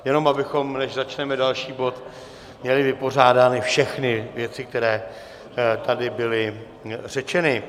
Jenom abychom, než začneme další bod, měli vypořádány všechny věci, které tady byly řečeny.